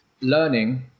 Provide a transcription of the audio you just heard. learning